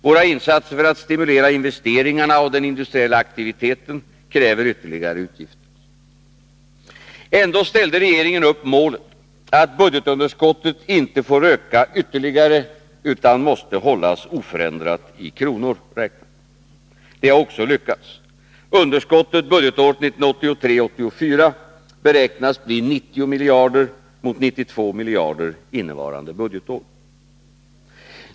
Våra insatser för att stimulera industriinvesteringarna och den industriella aktiviteten kräver ytterligare utgifter. Ändå ställde regeringen upp målet att budgetunderskottet inte får öka ytterligare utan måste hållas oförändrat i kronor räknat. Det har också lyckats. Underskottet budgetåret 1983/84 beräknas bli 90 miljarder mot 92 miljarder innevarande budgetår.